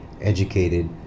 educated